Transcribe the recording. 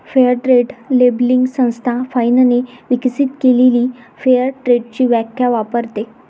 fair trade labelling संस्था फाइनने विकसित केलेली फेअर ट्रेडची व्याख्या वापरते